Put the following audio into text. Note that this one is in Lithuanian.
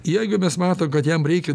jeigu mes mato kad jam reikia